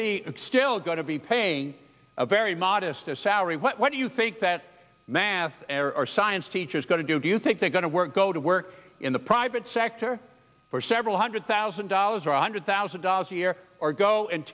it's still going to be paying a very modest a salary what do you think that math science teacher is going to do do you think they're going to work go to work in the private sector for several hundred thousand dollars or one hundred thousand dollars a year or go and